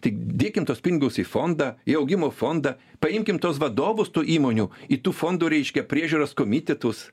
tik dėkime tuos pinigus į fondą į augimo fondą paimkime tuos vadovus tų įmonių į tų fondo reiškia priežiūros komitetus